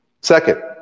Second